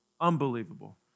unbelievable